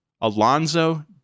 Alonso